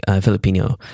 Filipino